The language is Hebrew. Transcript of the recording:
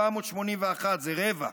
1,481, זה רבע,